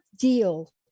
deal